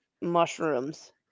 mushrooms